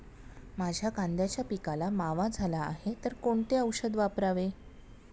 माझ्या कांद्याच्या पिकाला मावा झाला आहे तर कोणते औषध वापरावे?